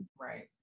Right